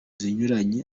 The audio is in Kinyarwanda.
zinyuranye